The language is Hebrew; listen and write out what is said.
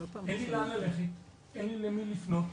אין לי לאן ללכת, אין לי למי לפנות.